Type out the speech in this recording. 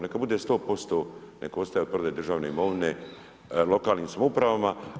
Neka bude 100%, nek ostane od prodaje državne imovine lokalnim samoupravama.